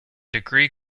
degree